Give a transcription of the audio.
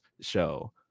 show